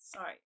Sorry